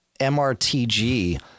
MRTG